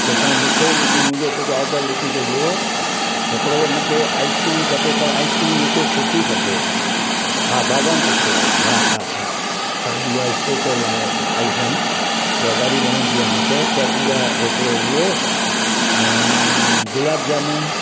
त तव्हां मिठो बि मुहिंजो कुझु ऑडर लिखी छॾियो हिकिड़ो त मूंखे आइसक्रीम खपे पर आइसक्रीम मूंखे सुठी खपे हा बादाम पिस्ते वारी हा हा हा तव्हांजी उहा स्पेशल आहे आइटम उहा ॾाढी वणंदी आहे मूंखे त उहा हिकिड़ो उहो ऐं गुलाब जामुन